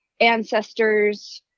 ancestors